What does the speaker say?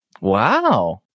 Wow